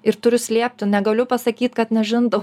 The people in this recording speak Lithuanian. ir turiu slėpti negaliu pasakyt kad nežindau